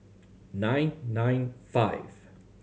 nine nine five